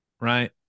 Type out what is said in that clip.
right